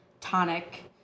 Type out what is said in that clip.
tonic